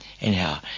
anyhow